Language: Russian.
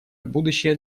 будущее